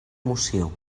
moció